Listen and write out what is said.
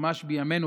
ממש בימינו,